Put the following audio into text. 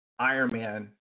Ironman